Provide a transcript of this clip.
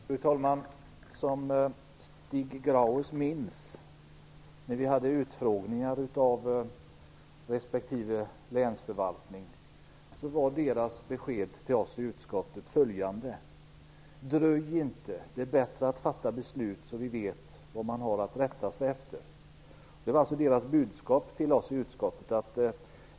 Fru talman! Vi hade i utskottet utfrågningar av respektive länsförvaltning, och Stig Grauers minns nog att deras besked till oss var följande: Dröj inte! Det är bättre att fatta beslut, så att vi vet vad vi har att rätta oss efter.